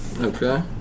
Okay